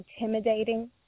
intimidating